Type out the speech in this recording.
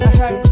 hey